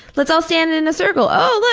let's all stand in in a circle. oh, look,